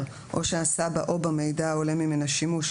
או שעשה בה או במידע העולה ממנה שימוש,